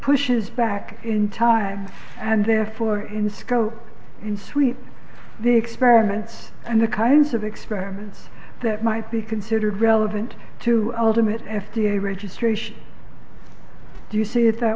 pushes back in time and therefore in scope in sweep the experiments and the kinds of experiments that might be considered relevant to ultimate f d a registration do you see it that